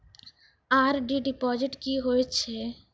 RD deposit की होय छै?